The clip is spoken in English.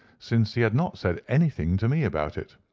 since he had not said anything to me about it.